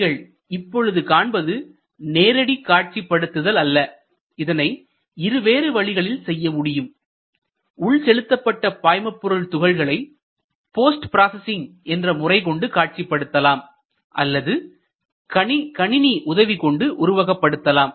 நீங்கள் இப்பொழுது நீங்கள் காண்பது நேரடி காட்சிப்படுத்துதல் அல்ல இதனை இரு வேறு வழிகளில் செய்ய முடியும் உள் செலுத்தப்பட்ட பாய்மபொருள் துகள்களை போஸ்ட் பிராசசிங் என்ற முறை கொண்டு காட்சிப்படுத்தலாம் அல்லது கணினி உதவி கொண்டு உருவகப்படுத்தலாம்